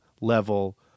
level